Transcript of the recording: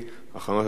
אחרונת הדוברים,